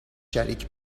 شریک